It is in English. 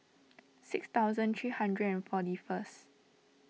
six thousand three hundred and forty first